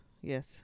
Yes